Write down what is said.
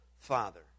father